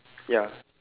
ya